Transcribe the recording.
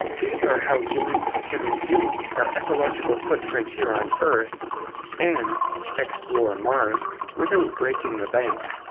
these are how humans can reduce our ecological footprint here on earth and explore mars without breaking the bank.